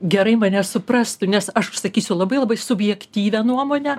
gerai mane suprastų nes aš pasakysiu labai labai subjektyvią nuomonę